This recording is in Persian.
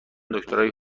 دکترای